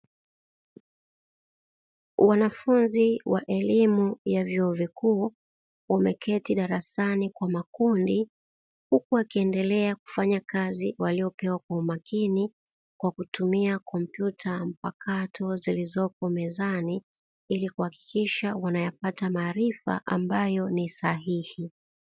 Wanafunzi wa elimu ya vyuo vikuu wameketi darasani kwa makundi huku wakiendelea kufanya kazi waliyopewa kwa umakini kwa kutumia kompyuta mpakato zilizopo mezani ili kuhakikisha wanayapata maarifa ambayo ni sahihi.